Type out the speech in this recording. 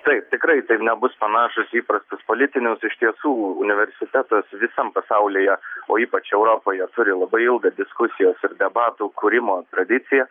taip tikrai tai nebus panašūs į įprastus politinius iš tiesų universitetas visam pasaulyje o ypač europoje turi labai ilgas diskusijas ir debatų kūrimo tradiciją